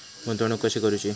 गुंतवणूक कशी करूची?